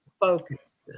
Focus